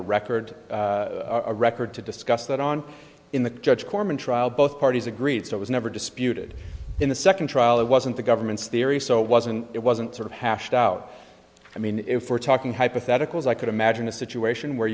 a record a record to discuss that on in the judge korman trial both parties agreed so it was never disputed in the second trial it wasn't the government's theory so it wasn't it wasn't sort of hashed out i mean if we're talking hypotheticals i could imagine a situation where